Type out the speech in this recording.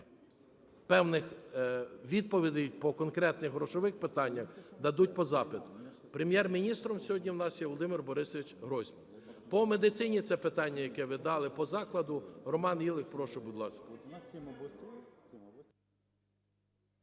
певних відповідей по конкретних грошових питаннях дадуть по запиту. Прем'єр-міністром сьогодні у нас є Володимир Борисович Гройсман. По медицині це питання, яке ви дали, по закладу, Роман Ілик, прошу, будь ласка.